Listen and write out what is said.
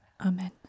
Amen